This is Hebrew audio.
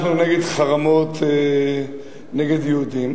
אנחנו נגד חרמות נגד יהודים,